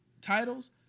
titles